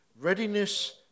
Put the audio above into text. readiness